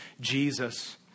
Jesus